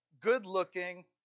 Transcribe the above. good-looking